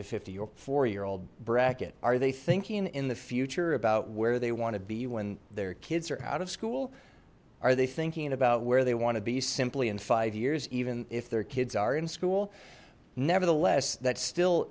to fifty or four year old bracket are they thinking in the future about where they want to be when their kids are out of school are they thinking about where they want to be simply in five years even if their kids are in school nevertheless that still